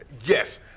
yes